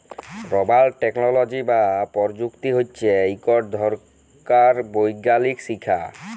rubber technology বা পরযুক্তি হছে ইকট ধরলকার বৈগ্যালিক শিখ্খা